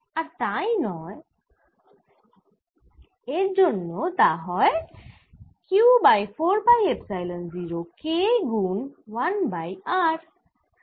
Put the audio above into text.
আর তাই জন্য তা হয় Q by 4 pi epsilon 0 K গুন 1 বাই r